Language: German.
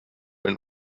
ein